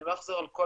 אני לא אחזור על כל